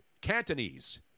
Cantonese